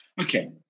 Okay